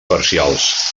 parcials